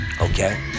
Okay